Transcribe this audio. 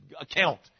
account